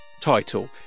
title